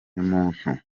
umuntu